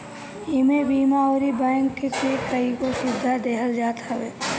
इमे बीमा अउरी बैंक के कईगो सुविधा देहल जात हवे